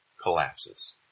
collapses